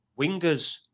wingers